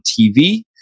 TV